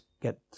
get